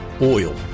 oil